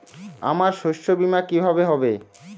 আমার শস্য বীমা কিভাবে হবে?